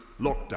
lockdown